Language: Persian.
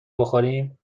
بخوریم